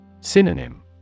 Synonym